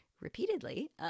repeatedly